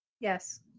Yes